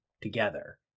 together